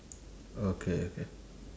okay okay